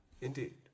Indeed